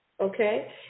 Okay